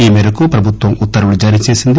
ఈ మేరకు ప్రభుత్వం ఉత్తర్వులు జారీచేసింది